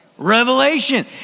Revelation